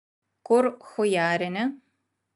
kur chujarini